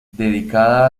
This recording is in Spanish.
dedicada